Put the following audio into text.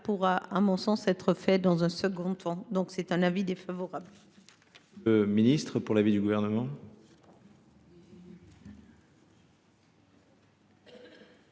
pourra, à mon sens, être fait dans un second temps : avis défavorable.